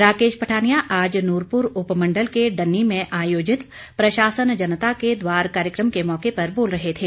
राकेश पठानिया आज नूरपुर उपमण्डल के डन्नी में आयोजित प्रशासन जनता के द्वार कार्यक्रम के मौके पर बोल रहे थे